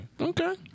Okay